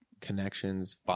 connections